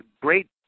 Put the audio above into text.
great